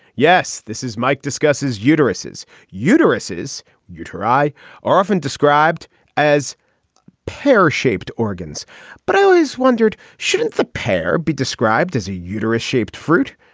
yes this is mike discusses uteruses uteruses you try are often described as pear shaped organs but i always wondered shouldn't the pair be described as a uterus shaped fruit.